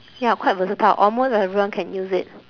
ya quite versatile almost everyone can use it